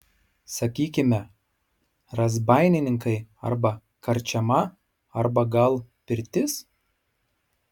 sakykime razbaininkai arba karčiama arba gal pirtis